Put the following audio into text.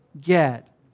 get